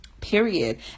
period